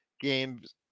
games